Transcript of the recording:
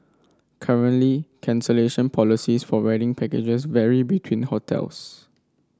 currently cancellation policies for wedding packages vary between hotels